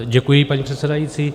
Děkuji, paní předsedající.